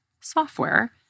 software